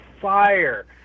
fire